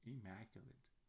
Immaculate